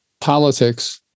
politics